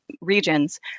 regions